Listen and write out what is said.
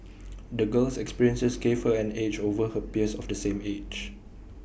the girl's experiences gave her an edge over her peers of the same age